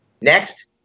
Next